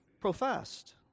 professed